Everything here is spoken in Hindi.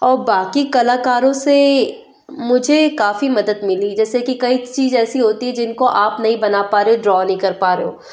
औ बाकी कलाकारों से मुझे काफ़ी मदद मिली जैसे कि कई चीज ऐसी होती है जिनको आप नहीं बना पा रहे हो ड्रॉ नहीं कर पा रहे हो